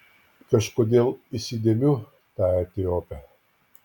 kažkodėl įsidėmiu tą etiopę